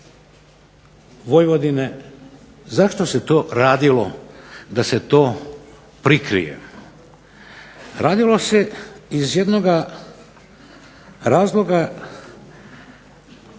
Vojvodine? Zašto se to radilo? Da se to prikrije. Radilo se iz jednoga razloga